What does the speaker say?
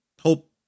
hope